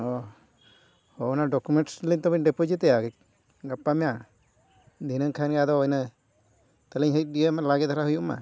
ᱦᱚᱸ ᱦᱚᱸ ᱚᱱᱟ ᱰᱚᱠᱳᱢᱮᱱᱴᱥ ᱞᱤᱧ ᱛᱚᱵᱮ ᱰᱤᱯᱳᱡᱤᱰ ᱮᱫᱟ ᱜᱟᱯᱟ ᱢᱮᱭᱟᱝ ᱫᱷᱤᱱᱟᱹᱝ ᱠᱷᱟᱱ ᱜᱮ ᱟᱫᱚ ᱤᱱᱟᱹ ᱛᱟᱹᱞᱤᱧ ᱤᱭᱟᱹᱭ ᱢᱟ ᱞᱟᱸᱜᱮ ᱫᱷᱟᱨᱟ ᱦᱩᱭᱩᱜ ᱢᱟ